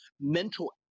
mental